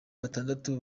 batandatu